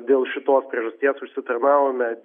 dėl šitos priežasties užsitarnavome